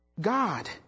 God